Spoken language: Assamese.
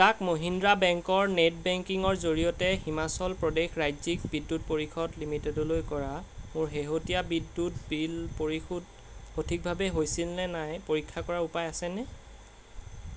কোটাক মহিন্দ্ৰা বেংকৰ নেট বেংকিংৰ জৰিয়তে হিমাচল প্ৰদেশ ৰাজ্যিক বিদ্যুৎ পৰিষদ লিমিটেডলৈ কৰা মোৰ শেহতীয়া বিদ্যুৎ বিল পৰিশোধ সঠিকভাৱে হৈছিল নে নাই পৰীক্ষা কৰাৰ উপায় আছেনে